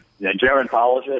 gerontologist